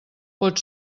pot